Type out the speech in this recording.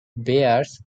bears